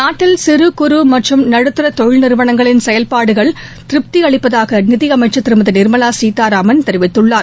நாட்டில் சிறு குறு மற்றும் நடுத்தர தொழில் நிறுவனங்களின் செயல்பாடுகள் திருப்தி அளிப்பதாக நிதியமைச்சர் திருமதி நிர்மலா சீதாராமன் தெரிவித்துள்ளார்